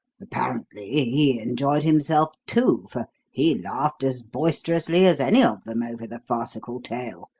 apparently he enjoyed himself, too, for he laughed as boisterously as any of them over the farcical tale,